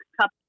cup